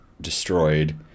destroyed